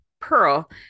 pearl